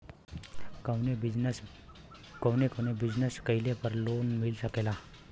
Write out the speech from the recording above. कवने कवने बिजनेस कइले पर लोन मिल सकेला?